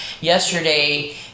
yesterday